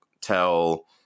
tell